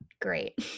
great